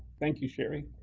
thank you shari.